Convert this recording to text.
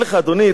שר המשפטים,